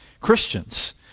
Christians